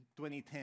2010